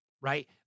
right